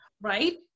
right